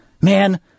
man